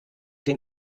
den